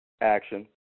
action